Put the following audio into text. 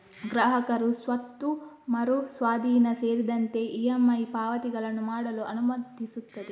ಗ್ರಾಹಕರು ಸ್ವತ್ತು ಮರು ಸ್ವಾಧೀನ ಸೇರಿದಂತೆ ಇ.ಎಮ್.ಐ ಪಾವತಿಗಳನ್ನು ಮಾಡಲು ಅನುಮತಿಸುತ್ತದೆ